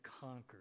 conquered